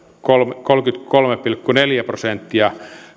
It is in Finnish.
kolmekymmentäkolme pilkku neljä prosenttia